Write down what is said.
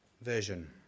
Version